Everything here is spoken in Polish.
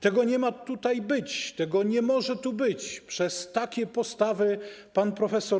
Tego nie ma tutaj być, tego nie może tu być, przez takie postawy pan prof.